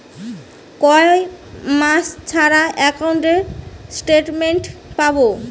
কয় মাস ছাড়া একাউন্টে স্টেটমেন্ট পাব?